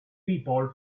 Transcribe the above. people